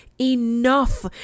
enough